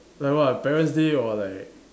like what parents' day or like